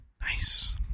Nice